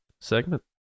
segment